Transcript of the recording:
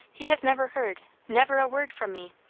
he has never heard never a word from me.